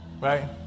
Right